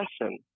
lesson